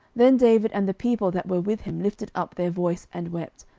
then david and the people that were with him lifted up their voice and wept,